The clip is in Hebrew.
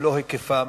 ובמלוא היקפם,